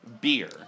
beer